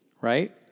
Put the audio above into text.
right